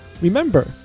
remember